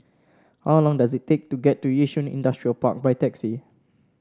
how long does it take to get to Yishun Industrial Park by taxi